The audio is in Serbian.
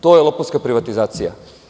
To je lopovska privatizacija.